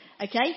Okay